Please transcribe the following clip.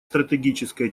стратегическое